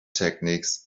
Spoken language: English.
techniques